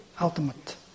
ultimate